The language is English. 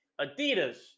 Adidas